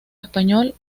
español